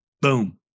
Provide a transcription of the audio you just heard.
boom